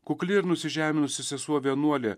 kukli ir nusižeminusi sesuo vienuolė